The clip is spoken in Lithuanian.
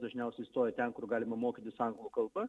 dažniausiai stoja ten kur galima mokytis anglų kalba